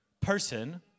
person